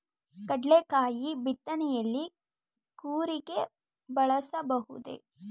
ಕಡ್ಲೆಕಾಯಿ ಬಿತ್ತನೆಯಲ್ಲಿ ಕೂರಿಗೆ ಬಳಸಬಹುದೇ?